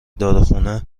داروخونه